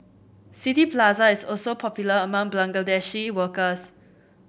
City Plaza is also popular among Bangladeshi workers